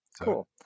Cool